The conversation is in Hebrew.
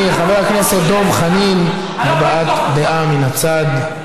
חבר הכנסת דב חנין, הבעת דעה מן הצד.